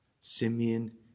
Simeon